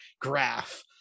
graph